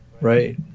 Right